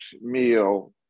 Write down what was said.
meal